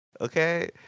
Okay